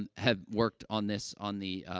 and have worked on this on the, ah,